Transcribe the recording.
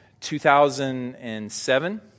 2007